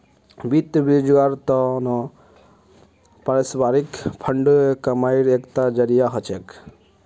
वित्त बाजारेर त न पारस्परिक फंड कमाईर एकता जरिया छिके